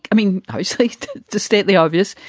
i mean, i wish like to state the obvious.